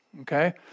Okay